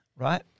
right